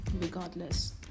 regardless